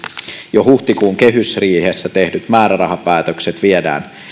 jo huhtikuun kehysriihessä tehdyt määrärahapäätökset viedään